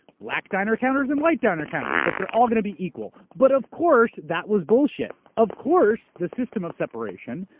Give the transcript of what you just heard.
black diner counters and white diner counters, but they're all gonna be equal. but of course that was bullshit. of course the system of separation,